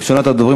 ראשונת הדוברים,